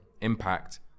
impact